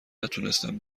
نتونستم